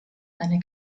eine